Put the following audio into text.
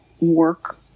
work